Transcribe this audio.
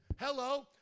Hello